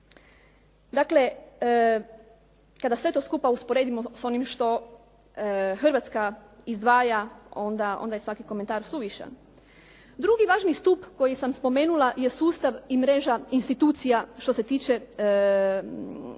Dakle, kada sve to skupa usporedimo s onim što Hrvatska izdvaja onda je svaki komentar suvišan. Drugi važni stup koji sam spomenula je sustav i mreža institucija što se tiče, što